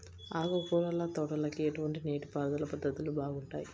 ఆకుకూరల తోటలకి ఎటువంటి నీటిపారుదల పద్ధతులు బాగుంటాయ్?